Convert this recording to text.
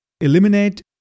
eliminate